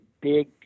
big